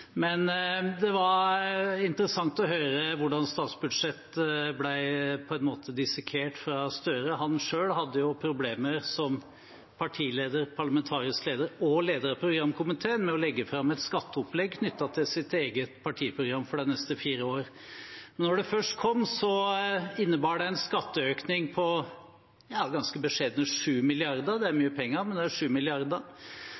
Det var interessant å høre hvordan statsbudsjettet på en måte ble dissekert av Støre. Han selv hadde jo problemer som partileder, parlamentarisk leder og leder av programkomiteen med å legge fram et skatteopplegg knyttet til sitt eget partiprogram for de neste fire årene. Men da det først kom, innebar det en skatteøkning på – ja, ganske beskjedne 7 mrd. kr. Det er